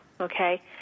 Okay